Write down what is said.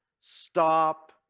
stop